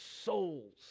souls